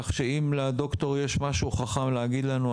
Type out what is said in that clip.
כך שאם לדוקטור יש משהו חכם להגיד לנו,